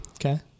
okay